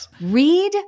read